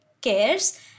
cares